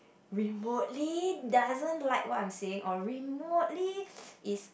remotely doesn't like what I'm saying or remotely is